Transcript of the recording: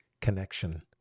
connection